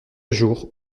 jour